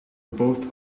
both